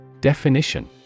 Definition